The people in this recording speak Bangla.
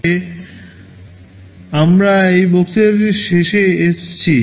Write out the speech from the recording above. এটির সাথে আমরা এই বক্তৃতার শেষে এসেছি